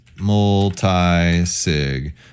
multi-sig